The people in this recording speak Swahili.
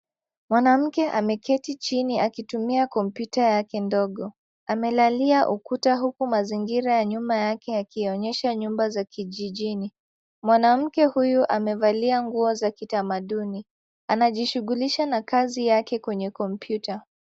Mwanamke ameketi chini akitumia kompyuta yake ndogo. Amelalia ukuta huku mazingira ya nyuma yake yakionyesha nyumba za kijijini. Mwanamke huyu amevalia nguo za kitamaduni, anajishughulisha na kazi yake kwenye kompyuta.